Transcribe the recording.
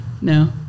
No